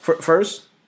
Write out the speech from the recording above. first